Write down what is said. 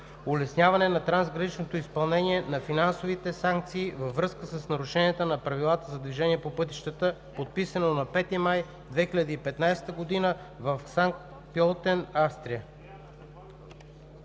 улесняване на трансграничното изпълнение на финансови санкции във връзка с нарушения на правилата за движение по пътищата, подписано на 5 май 2015 г. в Санкт Пьолтен, Австрия.“